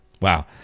Wow